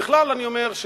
בכלל אני אומר,